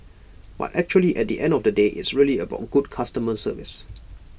but actually at the end of the day it's really about good customer service